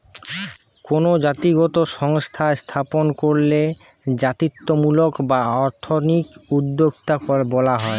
কোনো জাতিগত সংস্থা স্থাপন কইরলে জাতিত্বমূলক বা এথনিক উদ্যোক্তা বলা হয়